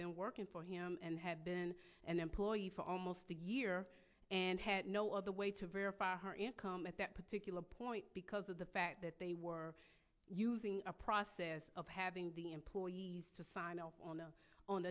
been working for him and have been an employee for almost a year and had no other way to verify her income at that particular point because of the fact that they were using a process of having the employees to sign o